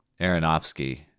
Aronofsky